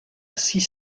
six